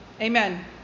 Amen